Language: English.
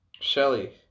Shelley